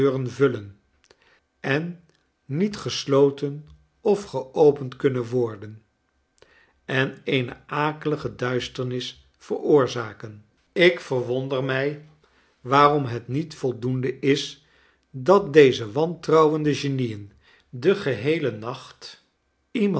vullen en niet gesloten of geopend kunnen worden en eene akelige duisternis veroorzaken ik verwonder mij waarom het niet voldoende is dat deze wantrouwende genien den geheelen nacht iemands